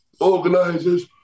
organizers